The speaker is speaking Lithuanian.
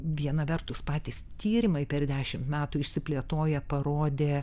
viena vertus patys tyrimai per dešimt metų išsiplėtoję parodė